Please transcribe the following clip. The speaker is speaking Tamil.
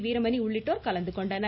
வீரமணி உள்ளிட்டோர் கலந்து கொண்டனர்